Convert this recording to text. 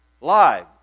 Live